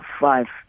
five